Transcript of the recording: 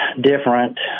different